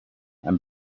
and